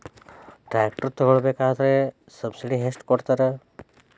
Tractor ತಗೋಬೇಕಾದ್ರೆ subsidy ಎಷ್ಟು ಕೊಡ್ತಾರ?